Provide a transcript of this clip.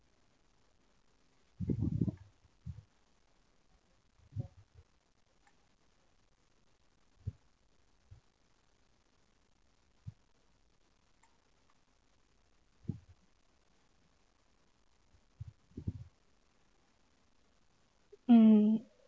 mm